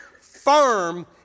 firm